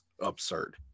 absurd